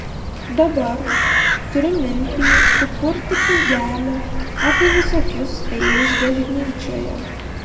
dabar turiu mintį sukurti knygelę apie visokius feilus bažnyčioje